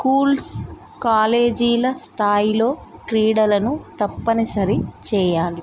schools కాలేజీల స్థాయిలో క్రీడలను తప్పనిసరి చేయాలి